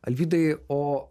alvydai o